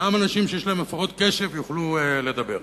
שגם אנשים שיש להם הפרעות קשב יוכלו לדבר.